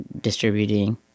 distributing